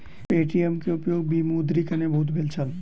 Paytm के उपयोग विमुद्रीकरण में बहुत भेल छल